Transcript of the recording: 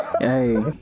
Hey